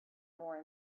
more